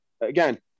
Again